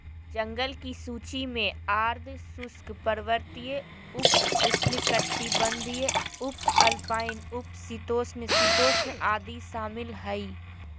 जंगल की सूची में आर्द्र शुष्क, पर्वतीय, उप उष्णकटिबंधीय, उपअल्पाइन, उप शीतोष्ण, शीतोष्ण आदि शामिल हइ